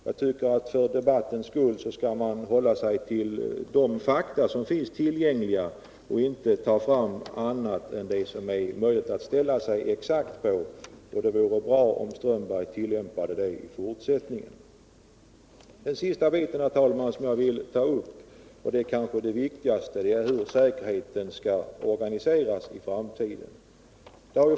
Jag tycker att för debattens skull skall man hålla sig till de fakta som finns tillgängliga och inte ta fram annat än sådant som man verkligen kan stödja sig på. Det vore bra om herr Strömberg tillämpade det i fortsättningen. Det sista avsnittet som jag vill ta upp — och det är kanske det viktigaste — är hur säkerheten skall organiseras i framtiden.